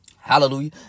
Hallelujah